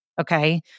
okay